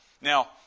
Now